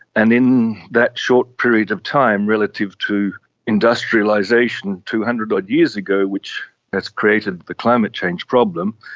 and in that short period of time, relative to industrialisation two hundred odd years ago which has created the climate change problem,